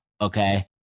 Okay